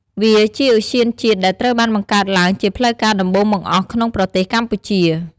វាជាឧទ្យានជាតិដែលត្រូវបានបង្កើតឡើងជាផ្លូវការដំបូងបង្អស់ក្នុងប្រទេសកម្ពុជា។